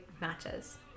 matches